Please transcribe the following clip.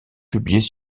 publiées